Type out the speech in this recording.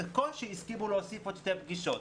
בקושי הסכימו להוסיף עוד שתי פגישות.